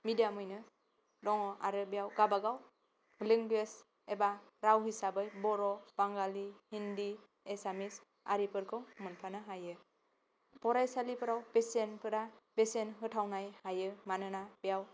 मिडियामैनो दङ आरो बेयाव गावबा गाव लेंगुवेज एबा राव हिसाबै बर' बाङालि हिन्दी एसामिस आरिफोरखौ मोनफानो हायो फरायसालिफोराव बेसेनफोरा बेसेन होथावनाय हायो मानोना बेयाव